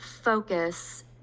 focus